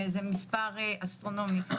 זה מספר אסטרונומי.